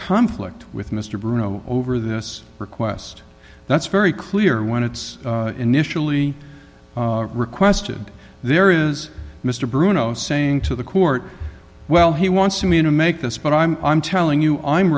conflict with mr bruno over this request that's very clear when it's initially requested there is mr bruno saying to the court well he wants me to make this but i'm i'm telling you i'm